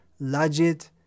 lajit